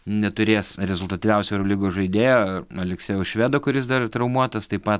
neturės rezultatyviausio eurolygos žaidėjo aleksejaus švedo kuris dar traumuotas taip pat